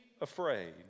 afraid